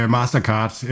Mastercard